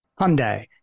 Hyundai